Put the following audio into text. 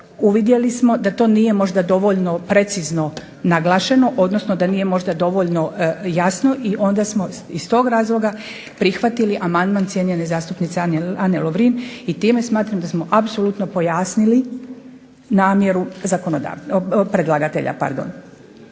uvidjeli smo da to nije možda dovoljno precizno naglašeno, odnosno da nije možda dovoljno jasno i onda smo iz tog razloga prihvatili amandman cijenjene zastupnice Ane Lovrin i time smatram da smo apsolutno pojasnili namjeru predlagatelja.